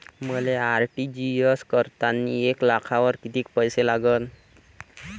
मले आर.टी.जी.एस करतांनी एक लाखावर कितीक पैसे लागन?